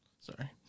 Sorry